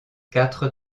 quatre